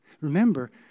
Remember